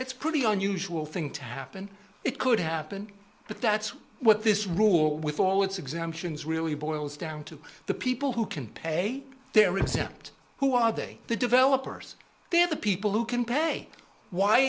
it's pretty unusual thing to happen it could happen but that's what this rule with all its exemptions really boils down to the people who can pay they're exempt who are they the developers they're the people who can pay why